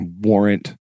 warrant